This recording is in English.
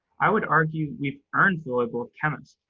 i would argue we've earned the label of chemist,